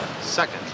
Second